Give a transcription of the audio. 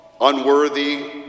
unworthy